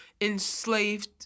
enslaved